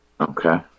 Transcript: Okay